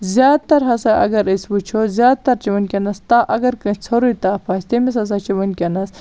زیادٕ تَر ہَسا اَگَر أسۍ وٕچھو زیادٕ تَر چھُ ونکیٚنَس تا اَگَر کٲنٛسہِ ژھورٕے تپھ آسہِ تٔمِس ہَسا چھ ونکیٚنَس